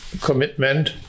commitment